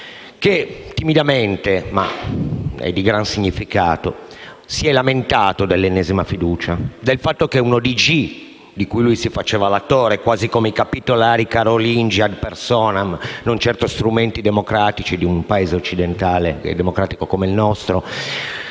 che timidamente (ma è di gran significato) si è lamentato dell'ennesima fiducia e del fatto che un ordine del giorno di cui si faceva latore (quasi come i capitolari carolingi *ad personam*, non certo strumenti democratici di un Paese occidentale e democratico come il nostro)